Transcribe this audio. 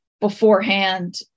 beforehand